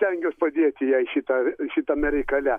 stengiuos padėti jai šitą šitame reikale